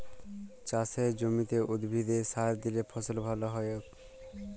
চাসের জমিতে উদ্ভিদে সার দিলে ফসল ভাল হ্য়য়ক